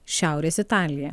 šiaurės italiją